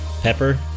pepper